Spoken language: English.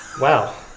wow